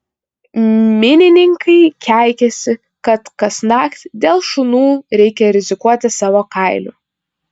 minininkai keikiasi kad kasnakt dėl šunų reikia rizikuoti savo kailiu